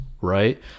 right